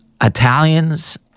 Italians